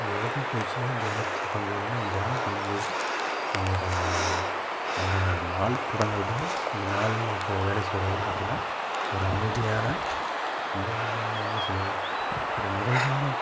யோகாப்பயிற்சிலாம் தியானத்தின் பங்கு என்னன்னா தியானம் பண்ணும்போது நம்மளோடய அந்த நாள் தொடங்குறதும் அந்த நாள்ல இருக்கிற வேலை செய்கிறதும் பார்த்தீனா ஒரு அமைதியான அந்த என்ன சொல்கிறது ஒரு நிறைவான